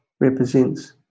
represents